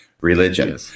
Religion